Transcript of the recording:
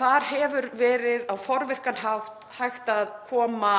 þar hefur verið á forvirkan hátt hægt að koma